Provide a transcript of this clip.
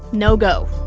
no go.